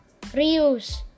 reuse